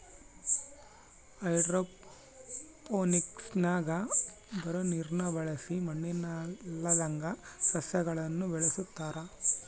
ಹೈಡ್ರೋಫೋನಿಕ್ಸ್ನಾಗ ಬರೇ ನೀರ್ನ ಬಳಸಿ ಮಣ್ಣಿಲ್ಲದಂಗ ಸಸ್ಯಗುಳನ ಬೆಳೆಸತಾರ